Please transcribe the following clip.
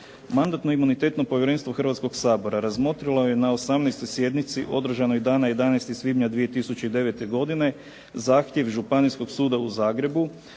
Mandatno-imunitetno povjerenstvo Hrvatskoga sabora razmotrilo je na 18. sjednici održanoj dana 11. svibnja 2009. godine zahtjev Županijskog suda u Zagrebu